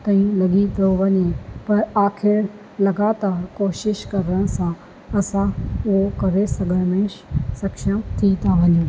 time लॻी थो वञे पर आख़िरि लॻातार कोशिशि करण सां असां उहो करे सघंदा आहियूं स सक्षम थी था वञूं